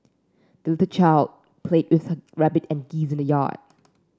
the little child played with her rabbit and geese in the yard